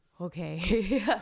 okay